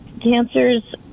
cancers